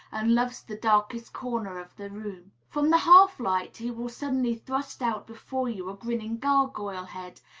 and loves the darkest corner of the room. from the half-light he will suddenly thrust out before you a grinning gargoyle head,